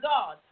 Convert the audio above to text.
God